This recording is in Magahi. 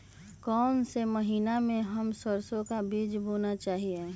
कौन से महीने में हम सरसो का बीज बोना चाहिए?